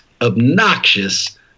obnoxious